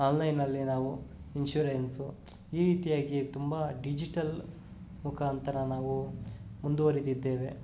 ಆನ್ಲೈನಲ್ಲೇ ನಾವು ಇನ್ಶೂರೆನ್ಸು ಈ ರೀತಿಯಾಗಿ ತುಂಬ ಡಿಜಿಟಲ್ ಮುಖಾಂತರ ನಾವು ಮುಂದುವರಿದಿದ್ದೇವೆ